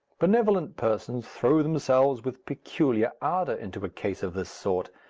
benevolent persons throw themselves with peculiar ardour into a case of this sort,